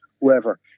whoever